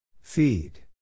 Feed